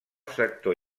sector